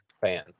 fan